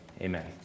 Amen